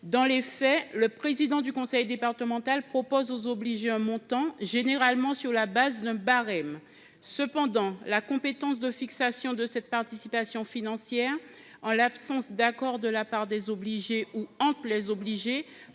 Actuellement, le président du conseil départemental propose aux obligés un montant, généralement sur la base d’un barème. Cependant, la compétence de fixation de cette participation financière, en l’absence d’accord de la part des obligés ou entre les obligés,